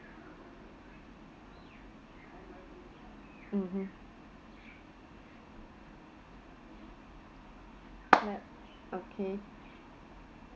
mmhmm clap okay